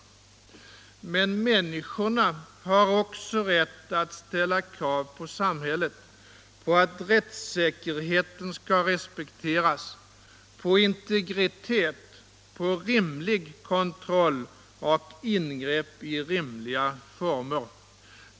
Men människorna har också rätt att ställa krav på samhället, på att rättssäkerheten skall respekteras, på integritet, på rimlig kontroll och ingrepp i rimliga former.